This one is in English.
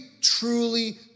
truly